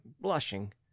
blushing